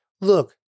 Look